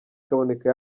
kaboneka